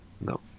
No